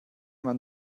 man